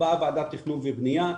באה ועדת תכנון ובנייה,